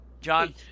John